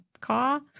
car